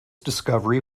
discovery